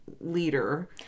leader